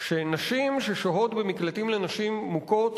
שנשים ששוהות במקלטים לנשים מוכות